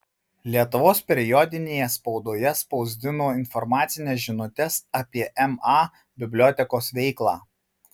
lietuvos periodinėje spaudoje spausdino informacines žinutes apie ma bibliotekos veiklą